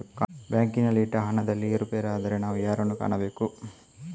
ಬ್ಯಾಂಕಿನಲ್ಲಿ ಇಟ್ಟ ಹಣದಲ್ಲಿ ಏರುಪೇರಾದರೆ ನಾವು ಯಾರನ್ನು ಕಾಣಬೇಕು?